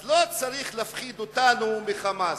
אז לא צריך להפחיד אותנו מ"חמאס",